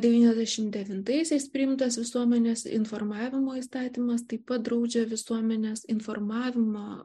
devyniasdešimt devintaisiais priimtas visuomenės informavimo įstatymas taip pat draudžia visuomenės informavimo